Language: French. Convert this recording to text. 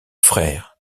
frères